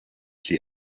she